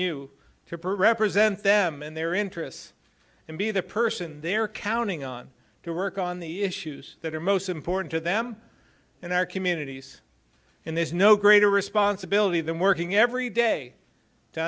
peru represent them and their interests and be the person they're counting on to work on the issues that are most important to them in our communities and there's no greater responsibility than working every day to